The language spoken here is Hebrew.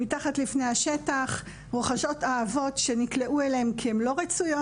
מתחת לפני השטח רוכשות אהבות שנקלעו אליהם כי הן לא רצויות.